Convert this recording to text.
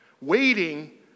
waiting